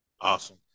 Awesome